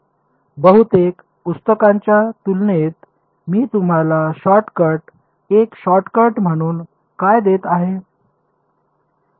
बहुतेक पुस्तकांच्या तुलनेत मी तुम्हाला शॉर्ट कट एक शॉर्ट कट म्हणून काय देत आहे